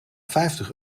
vijftig